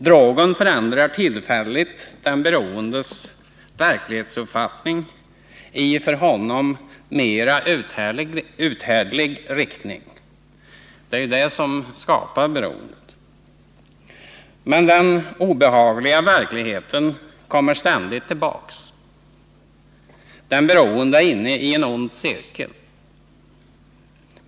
Drogen förändrar tillfälligt den beroendes verklighetsuppfattning i för honom mera uthärdlig riktning. Det är ju detta som skapar beroendet. Men den obehagliga verkligheten kommer ständigt tillbaka. Den beroende är inne i en ond cirkel.